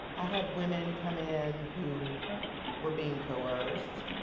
i had women come in who were being coerced.